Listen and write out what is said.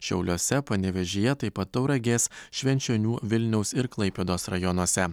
šiauliuose panevėžyje taip pat tauragės švenčionių vilniaus ir klaipėdos rajonuose